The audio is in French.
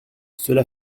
cela